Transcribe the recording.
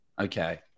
okay